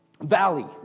Valley